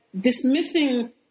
dismissing